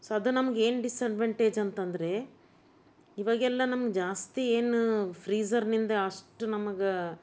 so ಅದು ನಮ್ಗೆ ಏನು ಡಿಸ್ಅಡ್ವನ್ಟೇಜ್ ಅಂತಂದ್ರೆ ಇವಾಗೆಲ್ಲ ನಮ್ಗೆ ಜಾಸ್ತಿ ಏನು ಫ್ರೀಝರ್ನಿಂದ ಅಷ್ಟು ನಮಗೆ